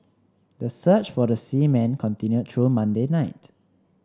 the search for the seamen continued through Monday night